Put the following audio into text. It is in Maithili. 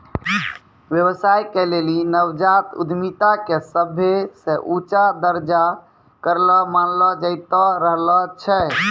व्यवसाय के लेली नवजात उद्यमिता के सभे से ऊंचा दरजा करो मानलो जैतो रहलो छै